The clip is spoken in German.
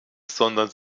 sondern